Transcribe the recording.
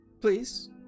please